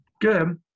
good